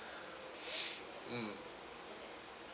mm